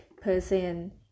Percent